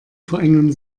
verengen